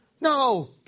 No